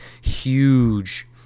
huge